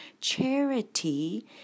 Charity